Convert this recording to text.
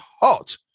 hot